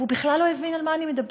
והוא בכלל לא הבין על מה אני מדברת.